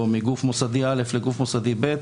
או מגוף מוסדי א' לגוף מוסדי ב',